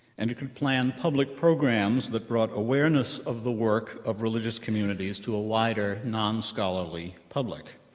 and you could plan public programs that brought awareness of the work of religious communities to a wider, non-scholarly public.